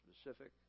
specific